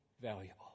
valuable